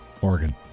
Oregon